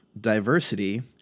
diversity